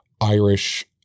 Irish